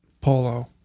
polo